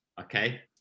okay